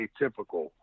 atypical